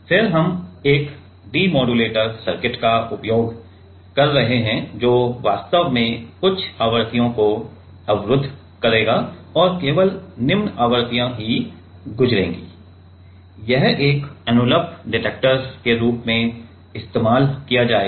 फिर हम एक डिमोडुलेटर सर्किट का उपयोग कर रहे हैं जो वास्तव में उच्च आवृत्तियों को अवरुद्ध करेगा और केवल निम्न आवृत्तियां ही गुजरेंगी यह एक एनवलप डिटेक्टर के रूप में इस्तेमाल किया जाएगा